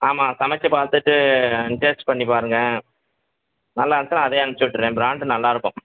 ஆமாம் சமைச்சு பார்த்துட்டு டேஸ்ட் பண்ணி பாருங்கள் நல்லா இருந்துச்சுன்னால் அதே அனுப்பிச்சி விட்டுடுறேன் பிராண்டு நல்லா இருக்கும்